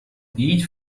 eat